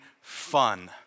fun